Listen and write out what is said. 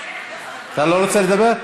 אתה לא רוצה לדבר?